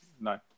no